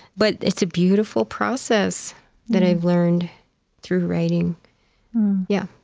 but it's a beautiful process that i've learned through writing yeah